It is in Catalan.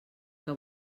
que